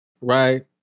right